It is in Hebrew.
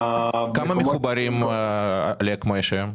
-- כמה מחוברים יש לאקמו היום?